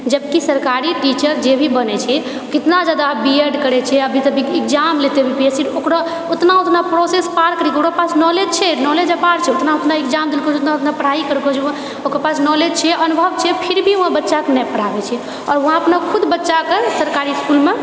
जबकि सरकारी टीचर जेभी बनैछे कितना जादा बी एड करैछे अभी तऽ एक्जाम लेतए बी पी एस सी ओकरा उतना उतना प्रोसेस पार करिके ओकरापास नौलेज छै नौलेज अपार छै उतना उतना एक्जाम देलको उतना उतना पढ़ाइ करलको ओकरा पास नौलेज छै अनुभव छै फिरभी ओ बच्चाके नहि पढ़ाबै छै आओर वहाँ अपना खुद बच्चाकेँ सरकारी इसकुलमे